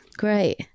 Great